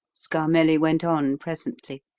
scarmelli went on presently,